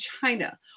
China